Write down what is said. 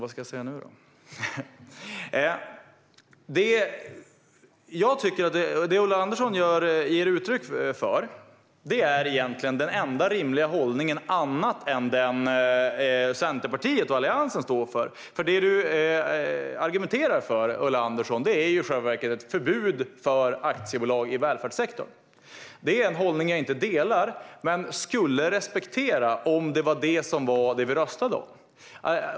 Det som Ulla Andersson ger uttryck för är egentligen den enda rimliga hållningen, förutom den som Centerpartiet och Alliansen står för. Det som du argumenterar för, Ulla Andersson, är i själva verket ett förbud mot aktiebolag i välfärdssektorn. Det är en hållning som jag inte delar men som jag skulle respektera om det var det som vi skulle rösta om.